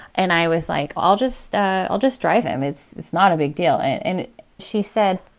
and i was like, i'll just i'll just drive him. it's it's not a big deal. and and she said,